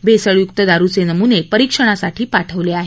भेसळयुक्त दारुचे नमुने परिक्षणासाठी पाठवले आहेत